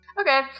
Okay